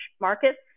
markets